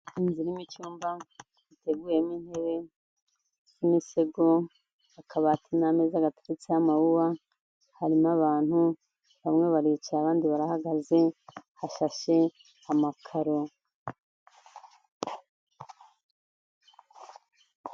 Inzu irimo icyumba giteguyemo intebe n'imisego, akabati n'ameza gateretseho amawuwa, harimo abantu bamwe baricaye abandi barahagaze, hashashe amakaro.